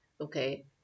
okay